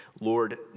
Lord